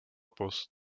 post